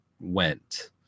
went